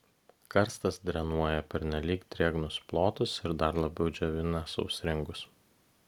karstas drenuoja pernelyg drėgnus plotus ir dar labiau džiovina sausringus